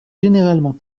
généralement